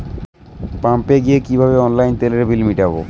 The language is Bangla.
পাম্পে গিয়ে কিভাবে অনলাইনে তেলের বিল মিটাব?